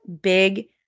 big